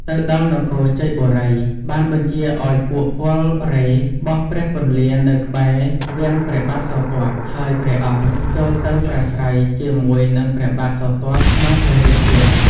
ទៅដល់នគរជ័យបូរី បានបញ្ជាឲ្យពួកពលរេហ៍ បោះព្រះពន្លានៅក្បែររាំងព្រះបាទសោទត្ត ហើយព្រះអង្គចូលទៅប្រាស្រ័យជាមួយនឹងព្រះបាទសោទត្ត ក្នុងព្រះរាជវាំង ។